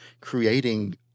creating